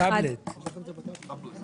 אפשר להביא?